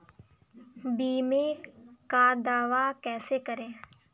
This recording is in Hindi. बीमे का दावा कैसे करें?